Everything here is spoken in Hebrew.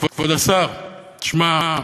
כבוד השר, שמע,